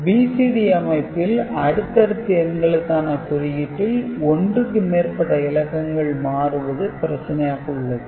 BCD அமைப்பில் அடுத்தடுத்து எண்களுக்கான குறியீட்டில் ஒன்றுக்கு மேற்ப்பட்ட இலக்கங்கள் மாறுவது பிரச்சனையாக உள்ளது